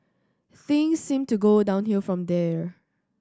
things seemed to go downhill from there